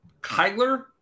Kyler